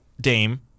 Dame